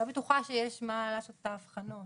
אני לא בטוחה שיש מה לעשות את ההבחנות.